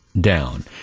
Down